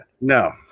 no